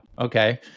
Okay